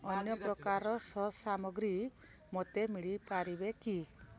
ଅନ୍ୟ ପ୍ରକାର ସସ୍ ସାମଗ୍ରୀ ମୋତେ ମିଳିପାରିବେ କି